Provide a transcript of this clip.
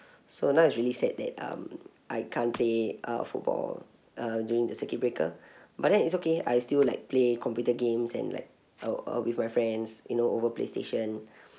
so know it's really said that um I can't play uh football uh during the circuit breaker but then it's okay I still like play computer games and like uh uh with my friends you know over playstation